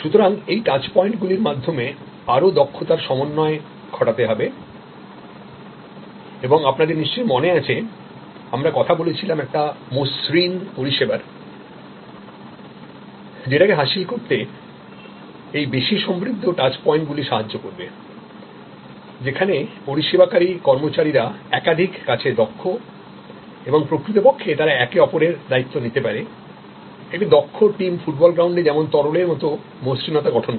সুতরাং এই টাচপয়েন্ট গুলির মধ্যে আরো দক্ষতার সমন্বয় ঘটাতে হবে এবং আপনাদের নিশ্চয়ই মনে আছে আমরা কথা বলেছিলাম একটা মসৃণ পরিষেবার যেটাকে হাসিল করতে এই বেশি সমৃদ্ধ টাচ পয়েন্ট গুলিসাহায্য করবে যেখানে পরিষেবাকারি কর্মচারীরা একাধিক কাজে দক্ষ এবং প্রকৃতপক্ষে তারা একে অপরের দায়িত্ব নিতে পারে একটি দক্ষটিম ফুটবল গ্রাউন্ডে যেমন তরলের মত মসৃণতাগঠন করে